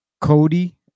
Cody